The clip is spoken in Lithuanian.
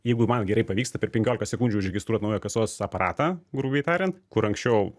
jeigu man gerai pavyksta per penkiolika sekundžių užregistruot naują kasos aparatą grubiai tariant kur anksčiau